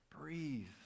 breathe